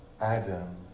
Adam